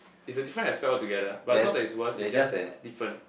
is a different I feel together but is not that worst is just that different